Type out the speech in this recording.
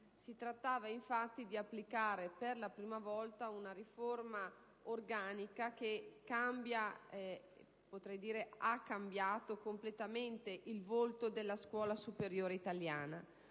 Si trattava, infatti, di applicare per la prima volta una riforma organica che cambia, anzi ha cambiato, completamente il volto della scuola superiore italiana.